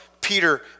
Peter